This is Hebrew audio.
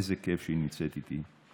איזה כיף שהיא נמצאת איתי.